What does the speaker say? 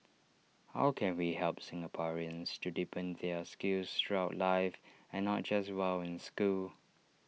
how can we help Singaporeans to deepen their skills throughout life and not just while in school